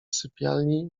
sypialni